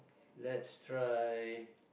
let's try